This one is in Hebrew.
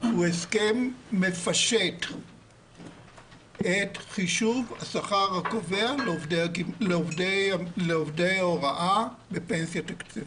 הוא הסכם מפשט את חישוב השכר הקובע לעובדי ההוראה בפנסיה תקציבית.